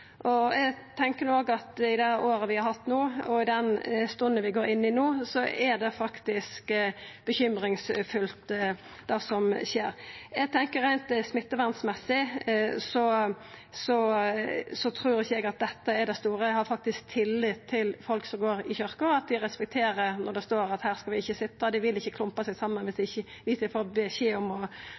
I det året vi har hatt no, og i den stunda vi går inn i no, tenkjer eg at det som skjer, faktisk er bekymringsfullt. Reint smittevernmessig trur eg ikkje at dette er det store. Eg har faktisk tillit til at folk som går i kyrkja, respekterer det når det står at dei ikkje skal sitja ein plass, og at dei ikkje vil klumpa seg saman viss dei får beskjed om ikkje å gjera det. Her er det snakk om å